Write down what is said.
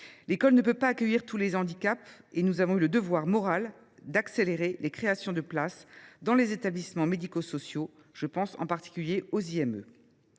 L’école ne peut pas accueillir tous les handicaps, et nous avons le devoir moral d’accélérer les créations de place dans les établissements médico sociaux, notamment dans les IME.